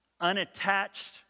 unattached